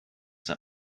that